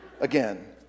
again